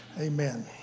Amen